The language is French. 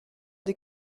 des